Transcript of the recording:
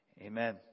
amen